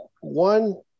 One